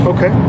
Okay